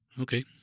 Okay